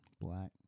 Black